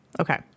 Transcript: Okay